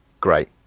great